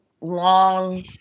long